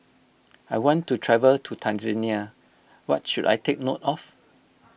I want to travel to Tanzania what should I take note of